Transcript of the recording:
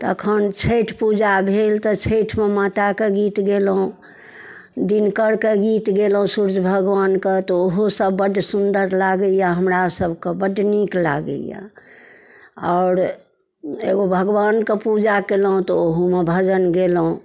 तखन छठि पूजा भेल तऽ छठिमे माताके गीत गेलहुँ दिनकरके गीत गेलहुँ सूर्य भगवानके तऽ ओहोसब बड़ सुन्दर लागैए हमरासबके बड़ नीक लागैए आओर एगो भगवानके पूजा केलहुँ तऽ ओहोमे भजन गेलहुँ